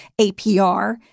APR